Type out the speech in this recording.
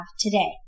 today